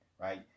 right